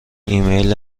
ایمیل